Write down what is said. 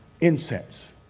incense